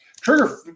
Trigger